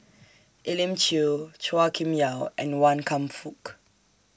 Elim Chew Chua Kim Yeow and Wan Kam Fook